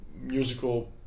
musical